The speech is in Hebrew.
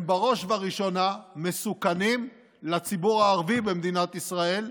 הם בראש ובראשונה מסוכנים לציבור הערבי במדינת ישראל,